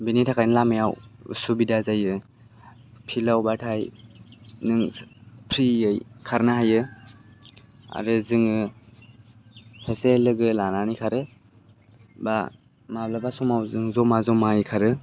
बिनि थाखायनो लामायाव उसुबिदा जायो फिल्डआवबाथाय नों फ्रियै खारनो हायो आरो जोङो सासे लोगो लानानै खारो बा माब्लाबा समाव जों ज'मा ज'मायै खारो